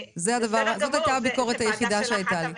זאת הייתה הביקורת היחידה שהיתה לי.